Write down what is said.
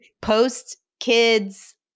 post-kids